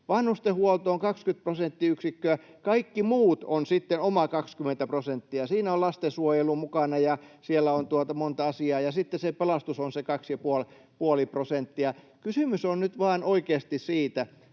vanhustenhuolto on 20 prosenttiyksikköä. Kaikki muut ovat sitten oma 20 prosenttiaan. Siinä on lastensuojelu mukana, ja siellä on monta asiaa. Ja sitten se pelastus on se kaksi ja puoli prosenttia. Kysymys on nyt vain oikeasti siitä,